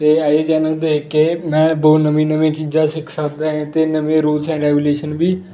ਅਤੇ ਇਹ ਜਿਹੇ ਚੈਨਲ ਦੇਖ ਕੇ ਮੈਂ ਬਹੁ ਨਵੀਂ ਨਵੀਂ ਚੀਜ਼ਾਂ ਸਿੱਖ ਸਕਦਾ ਏ ਅਤੇ ਨਵੇਂ ਰੂਲਸ ਐਂਡ ਰੈਗੂਲੇਸ਼ਨ ਵੀ